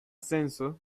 senso